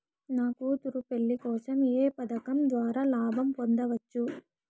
నా కూతురు పెళ్లి కోసం ఏ పథకం ద్వారా లాభం పొందవచ్చు?